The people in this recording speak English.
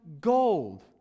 gold